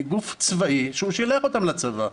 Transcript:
היא גוף צבאי ששילח אותם לצבא.